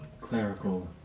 clerical